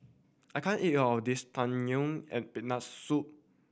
I can't eat all of this Tang Yuen with Peanut Soup